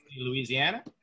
Louisiana